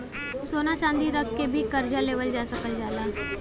सोना चांदी रख के भी करजा लेवल जा सकल जाला